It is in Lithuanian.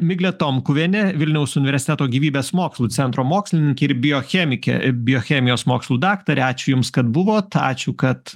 miglė tomkuvienė vilniaus universiteto gyvybės mokslų centro mokslininkė ir biochemikė biochemijos mokslų daktarė ačiū jums kad buvot ačiū kad